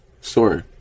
sorry